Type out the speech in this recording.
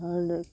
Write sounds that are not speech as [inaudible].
[unintelligible]